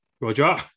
Roger